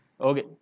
Okay